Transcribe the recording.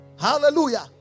Hallelujah